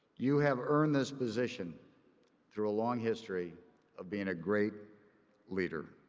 you have earned this position through a long history of being a great leader.